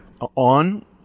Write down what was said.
On